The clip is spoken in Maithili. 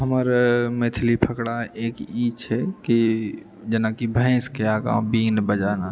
हमर मैथिली फकरा एक ई छै कि जेनाकि भैंसकेआगाँ बीन बजाना